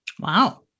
Wow